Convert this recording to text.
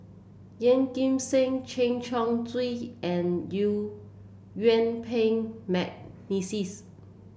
Yeoh Ghim Seng Chen Chong Swee and Yuen Peng McNeice